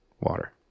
water